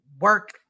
work